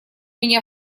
меня